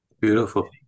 Beautiful